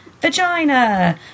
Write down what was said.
vagina